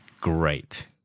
Great